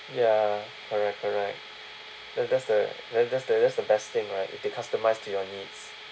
ya correct correct the that's the that's the that's the best thing right they customise to your needs